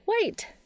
Wait